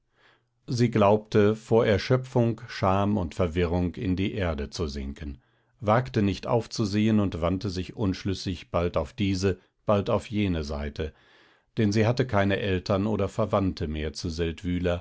sie glaubte vor erschöpfung scham und verwirrung in die erde zu sinken wagte nicht aufzusehen und wandte sich unschlüssig bald auf diese bald auf jene seite denn sie hatte keine eltern oder verwandte mehr zu